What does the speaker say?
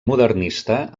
modernista